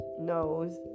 knows